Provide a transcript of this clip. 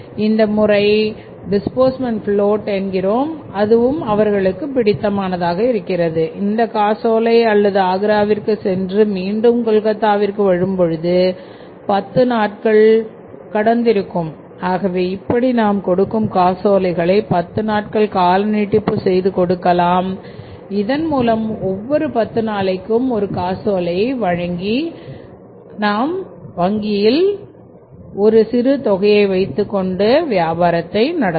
இந்த முறை நாம் டிஸ்பூர்ஸ்மெண்ட் ப்லோட் என்கிறோம் இந்த காசோலை அல்லது ஆக்ராவிற்கு சென்று மீண்டும் கொல்கத்தாவிற்கு வரும்பொழுது பத்து நாட்கள் கடந்திருக்கும் ஆகவே இப்படி நாம் கொடுக்கும் காசோலைகளை பத்து நாட்கள் கால நீட்டிப்பு செய்து கொடுக்கலாம் இதன் மூலம் ஒவ்வொரு பத்து நாளைக்கு ஒரு காசோலையை வழங்கிக் கொள்ளலாம்